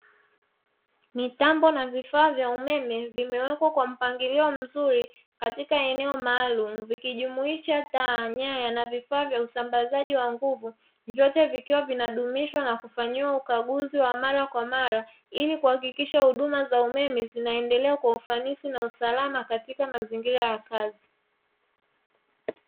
Mitambo na vifaa vya umeme vimewekwa kwa mpangilio mzuri katika eneo maalumu, vikijumuisha taa, nyaya na vifaa vya usambazaji wa nguvu. Vyote vikiwa vinadumuishwa na kufanyiwa ukaguzi wa mara kwa mara ili kuhakikisha huduma za umeme zinaendelea kwa ufanisi na usalama katika mazingira ya kazi.